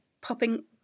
popping